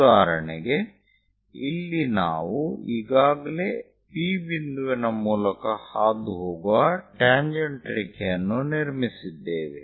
ಉದಾಹರಣೆಗೆ ಇಲ್ಲಿ ನಾವು ಈಗಾಗಲೇ P ಬಿಂದುವಿನ ಮೂಲಕ ಹಾದುಹೋಗುವ ಟ್ಯಾಂಜೆಂಟ್ ರೇಖೆಯನ್ನು ನಿರ್ಮಿಸಿದ್ದೇವೆ